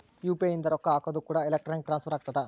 UPI ಇಂದ ರೊಕ್ಕ ಹಕೋದು ಕೂಡ ಎಲೆಕ್ಟ್ರಾನಿಕ್ ಟ್ರಾನ್ಸ್ಫರ್ ಆಗ್ತದ